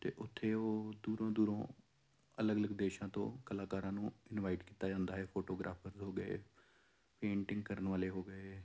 ਅਤੇ ਉੱਥੇ ਉਹ ਦੂਰੋਂ ਦੂਰੋਂ ਅਲਗ ਅਲਗ ਦੇਸ਼ਾਂ ਤੋਂ ਕਲਾਕਾਰਾਂ ਨੂੰ ਇਨਵਾਈਟ ਕੀਤਾ ਜਾਂਦਾ ਹੈ ਫੋਟੋਗ੍ਰਾਫਰ ਹੋ ਗਏ ਪੇਂਟਿੰਗ ਕਰਨ ਵਾਲੇ ਹੋ ਗਏ